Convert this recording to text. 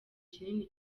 kinini